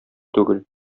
түгел